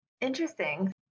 Interesting